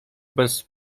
bez